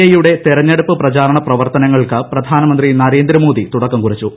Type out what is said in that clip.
എയുടെ തെരഞ്ഞെടുപ്പ് പ്രചാരണ പ്രവർത്തനങ്ങൾക്ക് പ്രധാനമന്ത്രി നരേന്ദ്രമോദി തുടക്കം കുറിച്ചു